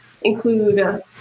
include